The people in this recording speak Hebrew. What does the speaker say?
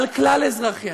על כלל אזרחיה.